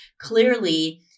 Clearly